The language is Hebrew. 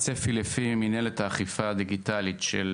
לפי מינהלת האכיפה הדיגיטלית של